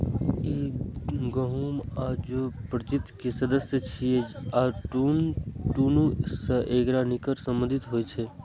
ई गहूम आ जौ प्रजाति के सदस्य छियै आ दुनू सं एकर निकट संबंध होइ छै